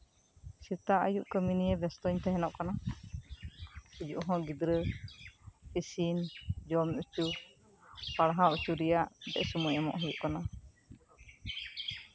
ᱥᱮᱛᱟᱜ ᱟᱹᱭᱩᱵ ᱠᱟᱹᱢᱤ ᱱᱤᱭᱮ ᱵᱮᱥᱛᱚᱧ ᱛᱟᱸᱦᱮᱱᱚᱜ ᱠᱟᱱᱟ ᱟᱨ ᱟᱹᱭᱩᱵ ᱦᱚᱸ ᱜᱤᱫᱽᱫᱟᱹ ᱤᱥᱤᱱ ᱡᱚᱢ ᱦᱚᱪᱚ ᱯᱟᱲᱦᱟᱣ ᱦᱚᱪᱚ ᱨᱮᱭᱟᱜ ᱥᱚᱢᱚᱭ ᱮᱢᱚᱜ ᱦᱩᱭᱩᱜ ᱠᱟᱱᱟ